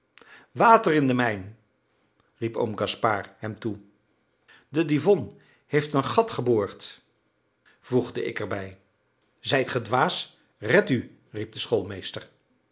in de mijn riep oom gaspard hem toe de divonne heeft een gat geboord voegde ik er bij zijt ge dwaas redt u riep de